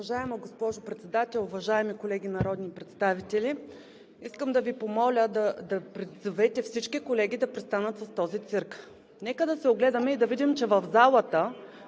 Уважаема госпожо Председател, уважаеми колеги народни представители! Искам да Ви помоля да призовете всички колеги да престанат с този цирк. Нека да се огледаме и да видим, че в залата